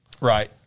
Right